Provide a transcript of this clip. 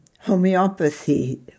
Homeopathy